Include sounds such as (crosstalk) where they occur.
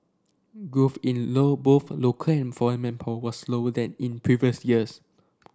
growth in low both (unintelligible) manpower was slower than in previous years